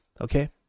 okay